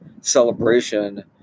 celebration